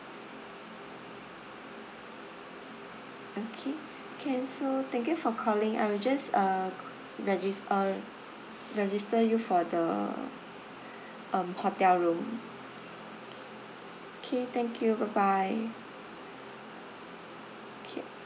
okay can so thank you for calling I'll just uh regis~ uh register you for the um hotel room okay thank you bye bye okay